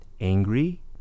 angry